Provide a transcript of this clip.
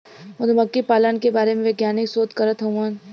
मधुमक्खी पालन के बारे में वैज्ञानिक शोध करत हउवन